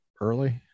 early